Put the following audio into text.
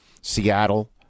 Seattle